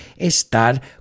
estar